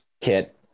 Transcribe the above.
kit